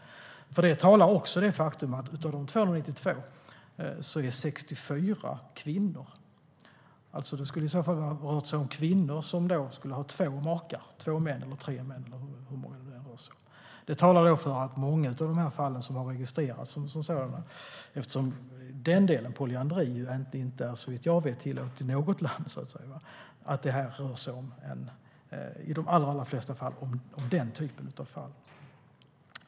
För detta talar det faktum att 64 av de 292 är kvinnor. Det skulle alltså röra sig om kvinnor som har två eller tre makar, eller hur många det nu handlar om. Många av de registrerade fallen gäller detta. Såvitt jag vet är polyandri inte tillåtet i något land, så i de allra flesta fall rör det sig om denna typ av fall.